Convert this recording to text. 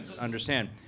understand